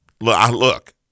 Look